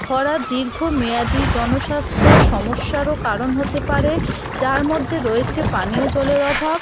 খরা দীর্ঘমেয়াদী জনস্বাস্থ্য সমস্যারও কারণ হতে পারে যার মধ্যে রয়েছে পানীয় জলের অভাব